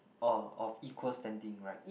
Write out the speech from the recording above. oh of equal standing right